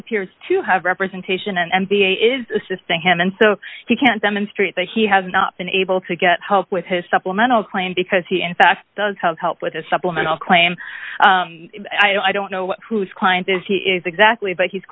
appears to have representation an m b a is assisting him and so he can demonstrate that he has not been able to get help with his supplemental plan because he in fact does have help with a supplemental claim i don't know whose client this he is exactly but he's